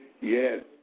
Yes